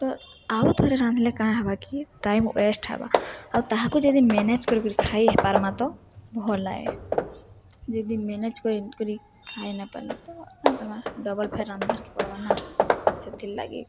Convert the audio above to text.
ତ ଆଉଥରେ ରାନ୍ଧିଲେ କାଁ ହେବା କି ଟାଇମ ୱେଷ୍ଟ ହେବା ଆଉ ତାହାକୁ ଯଦି ମ୍ୟାନେଜ୍ କରି କରି ଖାଇ ହେଇ ପାର୍ମା ତ ଭଲ ଲାଗେ ଯଦି ମ୍ୟାନେଜ୍ କରି କରି ଖାଇ ନାଇଁ ପାର୍ବା ତ କାଁ କର୍ମା ଡବଲ ଫେର୍ ରାନ୍ଧବାର୍କେ ପଡ଼୍ବା ନା ସେଥିର୍ ଲାଗି